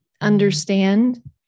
understand